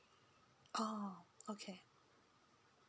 ah okay